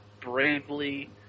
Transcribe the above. bravely